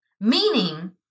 Meaning